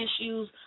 issues